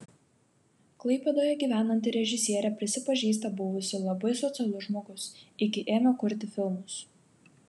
klaipėdoje gyvenanti režisierė prisipažįsta buvusi labai socialus žmogus iki ėmė kurti filmus